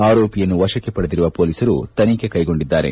ಆರೋಪಿಯನ್ನು ವಶಕ್ಕೆ ಪಡೆದಿರುವ ಪೊಲೀಸರು ತನಿಖೆ ಕೈಗೊಂಡಿದ್ದಾರೆ